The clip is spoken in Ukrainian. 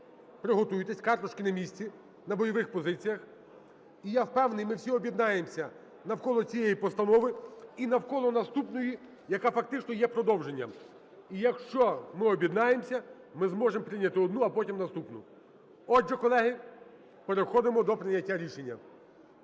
приготуйтесь, карточки на місці, на бойових позиціях. І я впевнений, ми всі об'єднаємося навколо цієї постанови і навколо наступної, яка фактично є продовженням. І якщо ми об'єднаємося, ми зможемо прийняти одну, а потім – наступну. Отже, колеги, переходимо до прийняття рішення.